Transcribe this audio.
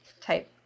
type